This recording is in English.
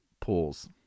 pools